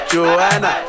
Joanna